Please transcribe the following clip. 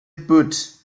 butt